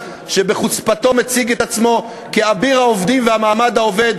שבחוצפתו מציג את עצמו כאביר העובדים והמעמד העובד.